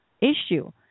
issue